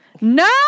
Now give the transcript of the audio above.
No